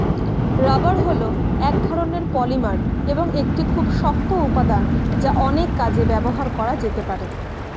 rubber হল এক ধরণের পলিমার এবং একটি খুব শক্ত উপাদান যা অনেক কাজে ব্যবহার করা যেতে পারে